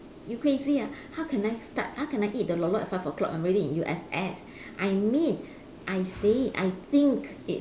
you crazy ah how can I start how I can eat the lok-lok at five o-clock I'm already in U_S_S I mean I say I think it